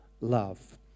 love